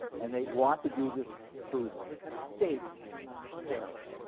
and they want to do this through state terror.